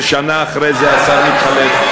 ושנה אחרי זה השר מתחלף.